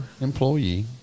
employee